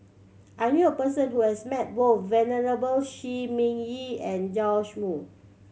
I knew a person who has met both Venerable Shi Ming Yi and Joash Moo